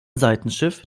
seitenschiff